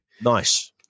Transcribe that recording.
Nice